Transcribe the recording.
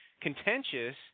contentious